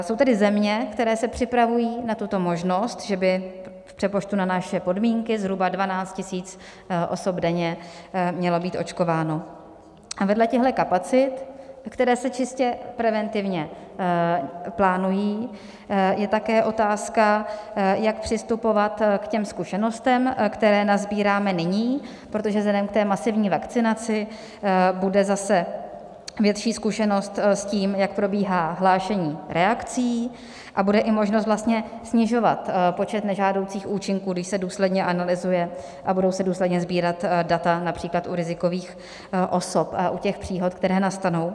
Jsou tedy země, které se připravují na tuto možnost, že by v přepočtu na naše podmínky zhruba 12 000 osob denně mělo být očkováno, a vedle těchto kapacit, které se čistě preventivně plánují, je také otázka, jak přistupovat k těm zkušenostem, které nasbíráme nyní, protože vzhledem k té masivní vakcinaci bude zase větší zkušenost s tím, jak probíhá hlášení reakcí a bude i možnost snižovat počet nežádoucích účinků, když se důsledně analyzuje a budou se důsledně sbírat data například u rizikových osob a u těch příhod, které nastanou.